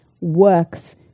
works